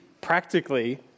practically